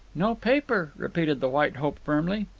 no paper, repeated the white hope firmly.